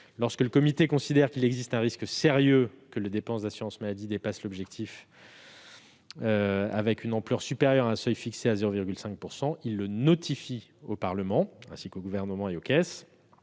Lorsque le comité considère qu'il existe un risque sérieux que les dépenses d'assurance maladie dépassent l'objectif avec une ampleur supérieure à un seuil fixé à 0,5 %, il le notifie au Parlement, ainsi qu'au Gouvernement et aux caisses